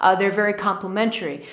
ah they're very complimentary.